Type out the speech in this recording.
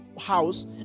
house